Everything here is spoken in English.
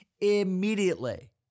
immediately